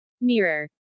Mirror